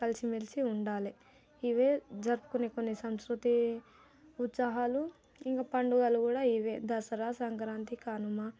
కలిసిమెలిసి ఉండాలే ఇవే జరుపుకునే కొన్ని సంస్కృతి ఉత్సహాలు ఇంకా పండుగలు కూడా ఇవే దసరా సంక్రాంతి కనుమ